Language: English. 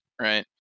right